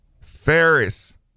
Ferris